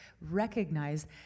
recognize